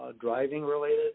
driving-related